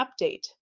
update